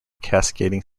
cascading